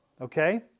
Okay